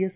S